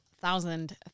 thousand